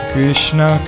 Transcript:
Krishna